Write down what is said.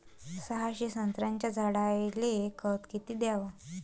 सहाशे संत्र्याच्या झाडायले खत किती घ्याव?